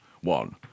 One